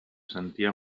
sentia